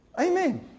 Amen